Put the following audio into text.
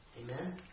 Amen